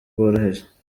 bworoheje